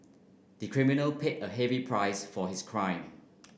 the criminal paid a heavy price for his crime